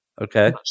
Okay